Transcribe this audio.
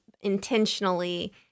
intentionally